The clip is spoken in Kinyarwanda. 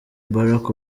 barack